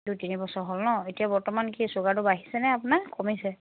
দুই তিনি বছৰ হ'ল নহ্ এতিয়া বৰ্তমান কি চুগাৰটো বাঢ়িছেনে আপোনাৰ কমিছে